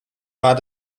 war